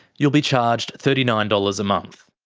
you'll be charged thirty nine dollars a month.